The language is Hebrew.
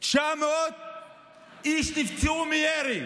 900 איש נפצעו מירי,